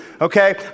okay